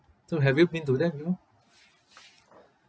so have you been to there before